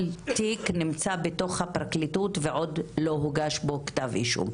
תיק נמצא בפרקליטות ועוד לא הוגש בו כתב אישום.